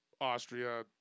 Austria